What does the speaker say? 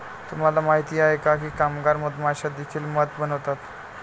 तुम्हाला माहित आहे का की कामगार मधमाश्या देखील मध बनवतात?